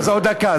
אז עוד דקה.